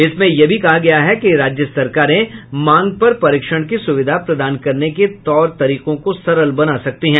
इसमें यह भी कहा गया है कि राज्य सरकारें मांग पर परीक्षण की सुविधा प्रदान करने के तौर तरीकों को सरल बना सकती हैं